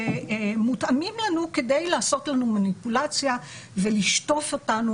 שמתאימים לנו כדי לעשות לנו מניפולציה ולשטוף אותנו,